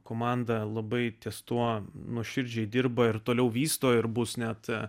komanda labai ties tuo nuoširdžiai dirba ir toliau vysto ir bus net